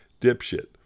Dipshit